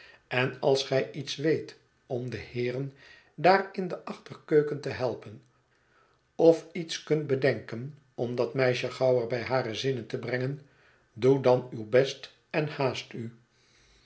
en als gij iets weet om de heeren daar in de achterkeuken te helpen of iets kunt bedenken om dat meisje gauwer bij hare zinnen te brengen doe dan uw best en haast u